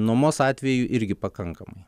nuomos atvejų irgi pakankamai